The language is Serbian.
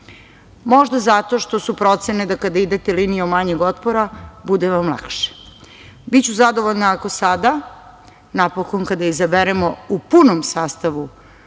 ne. Možda zato što su procene da, kada idete linijom manjeg otpora, bude vam lakše. Biću zadovoljna ako sada, nakon kada izaberemo u punom sastavu